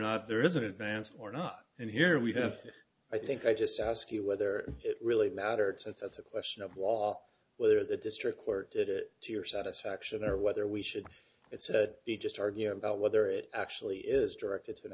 not there is an advance or not and here we have i think i just ask you whether it really matter it's a question of law whether the district court did it to your satisfaction or whether we should set the just argue about whether it actually is directed to